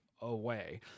away